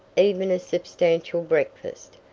even a substantial breakfast.